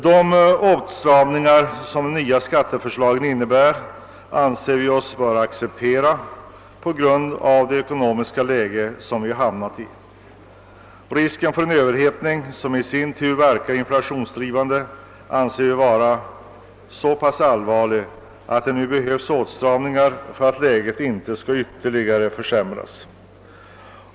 De åtstramningar som de nya skatteförslagen innebär anser vi oss böra acceptera på grund av det ekonomiska läge vi hamnat i. Risken för en överhettning som i sin tur verkar inflationsdrivande finner vi vara så pass allvarlig, att det nu behövs åtstramningar för att läget inte ytterligare skall försämras.